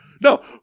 No